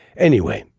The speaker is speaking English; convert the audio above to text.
anyway,